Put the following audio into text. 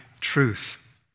truth